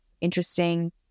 interesting